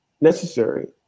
necessary